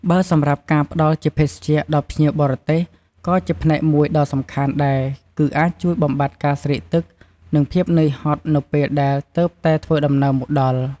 បើសម្រាប់ការផ្ដល់ជាភេសជ្ជៈដល់ភ្ញៀវបរទេស ក៏ជាផ្នែកមួយដ៏សំខាន់ដែរគីអាចជួយបំបាត់ការស្រេកទឹក និងភាពនឿយហត់នៅពេលដែលទើបតែធ្វើដំណើរមកដល់។